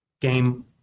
Game